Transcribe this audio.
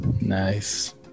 nice